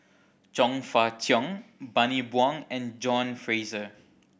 Chong Fah Cheong Bani Buang and John Fraser